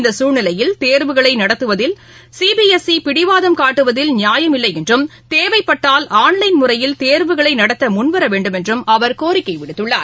இந்தகுழ்நிலையில் தேர்வுகளைநடத்துவதில் CBSE பிடிவாதம் காட்டுவதில் நியாயம் இல்லைஎன்றும் கேவைப்பட்டால் ஆன்லைன் முறையில் தேர்வுகளைநடத்தமுன்வரவேண்டுமென்றும் அவர் கோரிக்கைவிடுத்துள்ளார்